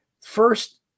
first